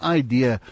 idea